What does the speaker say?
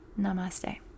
Namaste